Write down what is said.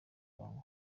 lwanga